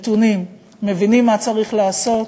מתונים, מבינים מה צריך לעשות,